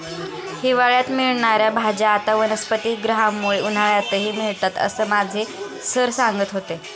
हिवाळ्यात मिळणार्या भाज्या आता वनस्पतिगृहामुळे उन्हाळ्यातही मिळतात असं माझे सर सांगत होते